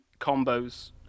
combos